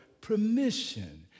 permission